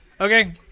Okay